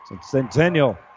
Centennial